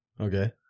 Okay